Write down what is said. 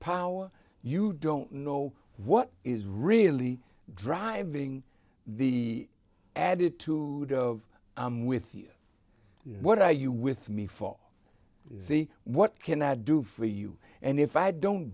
power you don't know what is really driving the added to the of i'm with you what are you with me for z what can i do for you and if i don't